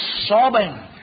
sobbing